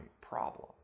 problem